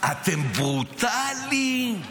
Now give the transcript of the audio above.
אתם ברוטליים,